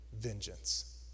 vengeance